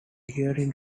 adhering